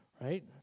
right